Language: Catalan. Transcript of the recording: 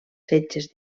setges